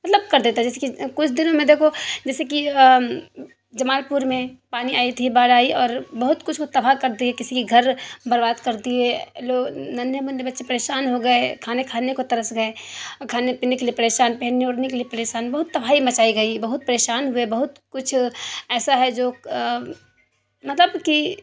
مطلب کر دیتا ہے جیسے کہ کچھ دنوں میں دیکھو جیسے کہ جمال پور میں پانی آئی تھی باڑھ آئی اور بہت کچھ کو تباہ کر دی کسی کی گھر برباد کرتی ہے لوگ ننھے منھے بچے پریشان ہو گئے کھانے کھانے کو ترس گئے کھانے پینے کے لیے پریشان پہننے اوڑھنے کے لیے پریسان بہت تباہی مچائی گئی بہت پریشان ہوئے بہت کچھ ایسا ہے جو مطلب کہ